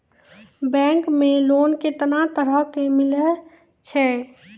Bank मे loan कैतना तरह के मिलै छै?